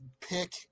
pick